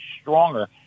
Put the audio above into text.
stronger